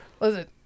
Listen